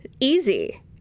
easy